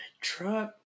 truck